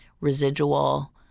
residual –